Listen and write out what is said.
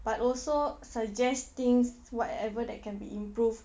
but also suggest things whatever that can be improved